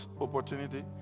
opportunity